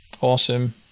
Awesome